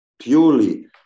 purely